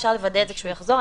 אפשר לוודא את זה כשהוא יחזור,